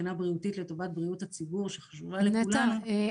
מבחינה בריאותית לטובת בריאות הציבור שחשובה לכולם --- נטע,